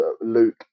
Luke